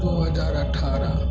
दू हजार अठारह